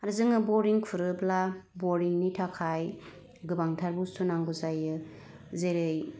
आरो जोङो बरिं खुरोब्ला बरिंनि थाखाय गोबांथार बुस्थु नांगौ जायो जेरै